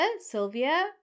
Sylvia